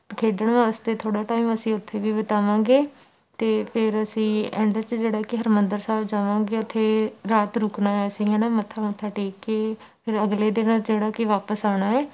ਖੇਡਣ ਵਾਸਤੇ ਥੋੜ੍ਹਾ ਟਾਈਮ ਅਸੀਂ ਉੱਥੇ ਵੀ ਬਿਤਾਵਾਂਗੇ ਅਤੇ ਫਿਰ ਅਸੀਂ ਐਂਡ 'ਚ ਜਿਹੜਾ ਕਿ ਹਰਿਮੰਦਰ ਸਾਹਿਬ ਜਾਵਾਂਗੇ ਉੱਥੇ ਰਾਤ ਰੁਕਣਾ ਅਸੀਂ ਹੈ ਨਾ ਮੱਥਾ ਮੁੱਥਾ ਟੇਕ ਕੇ ਫਿਰ ਅਗਲੇ ਦਿਨ ਜਿਹੜਾ ਕਿ ਵਾਪਸ ਆਉਣਾ ਹੈ